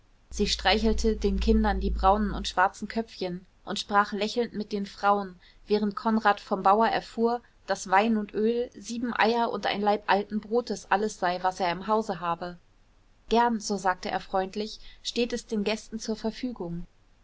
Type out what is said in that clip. sie streichelte den kindern die braunen und schwarzen köpfchen und sprach lächelnd mit den frauen während konrad vom bauer erfuhr daß wein und öl sieben eier und ein laib alten brotes alles sei was er im hause habe gern so sagte er freundlich steht es den gästen zur verfügung